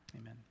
Amen